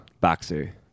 boxer